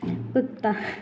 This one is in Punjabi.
ਕੁੱਤਾ